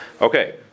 Okay